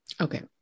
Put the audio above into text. okay